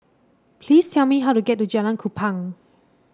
please tell me how to get to Jalan Kupang